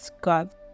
God